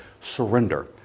surrender